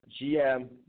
GM